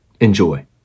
Enjoy